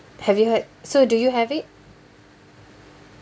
have you heard so do you have it